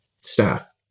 staff